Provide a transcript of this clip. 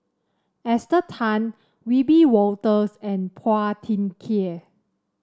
Esther Tan Wiebe Wolters and Phua Thin Kiay